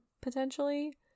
potentially